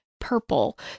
purple